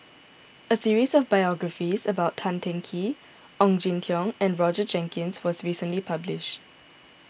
a series of biographies about Tan Teng Kee Ong Jin Teong and Roger Jenkins was recently published